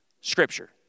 Scripture